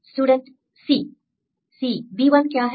C b1 क्या है